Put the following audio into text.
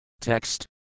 Text